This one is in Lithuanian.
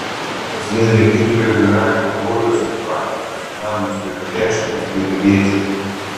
kasdien regitroje vairavimo teorijos ir praktikos egzaminus laiko dešimtys klaipėdiečių